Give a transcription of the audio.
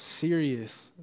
serious